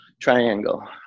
triangle